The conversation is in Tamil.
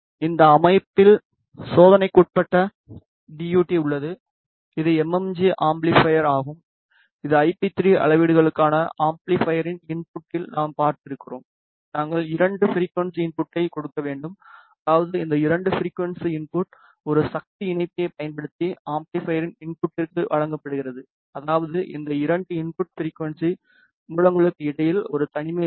இந்த அமைப்பில் சோதனைக்குட்பட்ட டி யு டி உள்ளது இது எம்எம்ஜி அம்பிளிபைர் ஆகும் இது ஐபி 3 அளவீடுகளுக்கான அம்பிளிபைரின் இன்புட்டில் நாம் பார்த்திருக்கிறோம் நாங்கள் இரண்டு ஃபிரிக்குவன்ஸி இன்புட்டை கொடுக்க வேண்டும் அதாவது இந்த இரண்டு ஃபிரிக்குவன்ஸி இன்புட் ஒரு சக்தி இணைப்பியைப் பயன்படுத்தி அம்பிளிபைரின் இன்புட்டிற்கு வழங்கப்படுகிறது அதாவது இந்த இரண்டு இன்புட் ஃபிரிக்குவன்ஸி மூலங்களுக்கு இடையில் ஒரு தனிமை உள்ளது